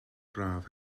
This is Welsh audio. braf